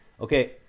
Okay